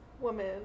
woman